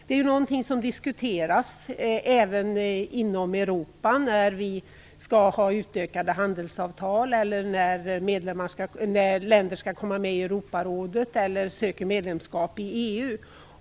Det är någonting som diskuteras även inom Europa, när handelsavtal skall utvidgas, när länder skall komma med i Europarådet eller när länder söker medlemskap i EU.